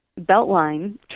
Beltline